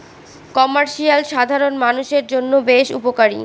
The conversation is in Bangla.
কমার্শিয়াল ব্যাঙ্কগুলো সাধারণ মানষের জন্য বেশ উপকারী